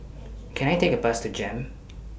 Can I Take A Bus to Jem